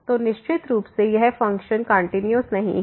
तो निश्चित रूप से यह फंक्शन कंटीन्यूअस नहीं है